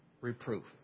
reproof